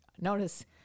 Notice